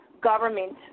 government